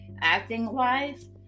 acting-wise